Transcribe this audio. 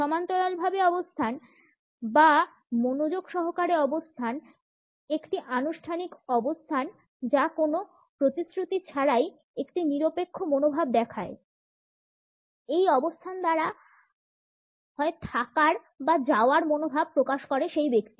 সমান্তরালভাবে অবস্থান বা মনোযোগ সহকারে অবস্থান একটি আনুষ্ঠানিক অবস্থান যা কোনো প্রতিশ্রুতি ছাড়াই একটি নিরপেক্ষ মনোভাব দেখায় এই অবস্থান দ্বারা হয় থাকার বা যাওয়ার মনোভাব প্রকাশ করে সেই ব্যক্তি